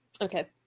okay